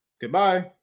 Goodbye